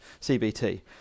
CBT